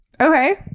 Okay